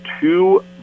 two